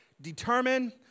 determine